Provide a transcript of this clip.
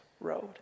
road